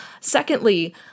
secondly